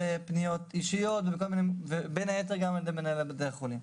בפניות אישיות ובין היתר גם על ידי מנהלי בתי החולים.